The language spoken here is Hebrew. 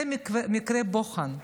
זה מקרה בוחן.